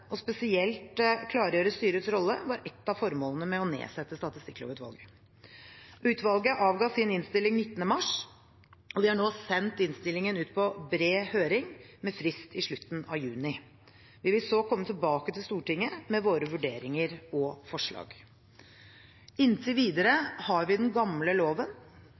spesielt klargjøre styrets rolle, var ett av formålene med å nedsette Statistikklovutvalget. Utvalget avga sin innstilling 19. mars, og vi har nå sendt innstillingen ut på bred høring med frist i slutten av juni. Vi vil så komme tilbake til Stortinget med våre vurderinger og forslag. Inntil videre har vi den gamle loven,